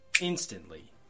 instantly